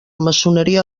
maçoneria